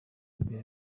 imbere